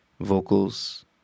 vocals